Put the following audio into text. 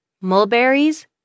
mulberries